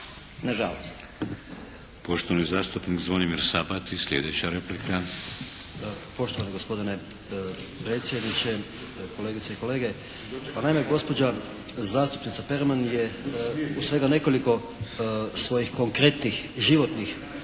(HDZ)** Poštovani zastupnik Zvonimir Sabati slijedeća replika. **Sabati, Zvonimir (HSS)** Poštovani gospodine predsjedniče, kolegice i kolege. Pa naime, gospođa zastupnica Perman je u svega nekoliko svojih konkretnih životnih